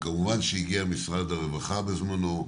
וכמובן שהגיע משרד הרווחה בזמנו,